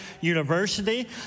University